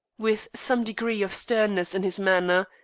with some degree of sternness in his manner,